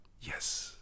yes